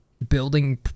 building